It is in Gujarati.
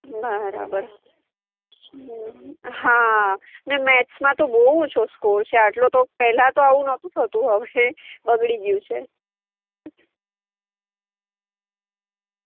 બરાબર હા ને મેથ્સમાં તો બહુ ઓછો સ્કોર છે આટલો તો પહેલાં તો આવું નહોતું થતું હવે બગડી ગયું છે